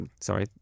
Sorry